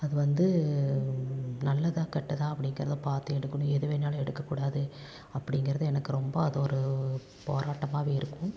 அது வந்து நல்லதா கெட்டதா அப்படிங்கிறத பார்த்து எடுக்கணும் எது வேணாலும் எடுக்கக்கூடாது அப்படிங்கிறது எனக்கு ரொம்ப அது ஒரு போராட்டமாகவே இருக்கும்